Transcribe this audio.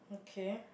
okay